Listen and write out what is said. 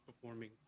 performing